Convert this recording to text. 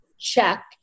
check